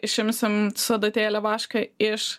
išimsim su adatėle vašką iš